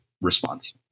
response